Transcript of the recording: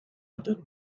other